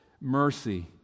Mercy